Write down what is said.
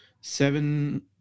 seven